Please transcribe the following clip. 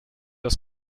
das